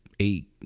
eight